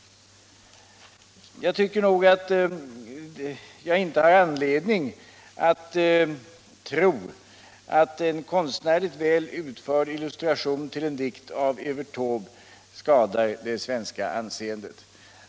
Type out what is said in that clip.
Jag tycker nog att jag inte har anledning tro att en konstnärligt väl utförd illustration till en dikt av Evert Taube skadar det svenska anseendet.